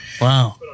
Wow